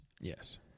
Yes